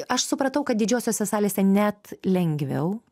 aš supratau kad didžiosiose salėse net lengviau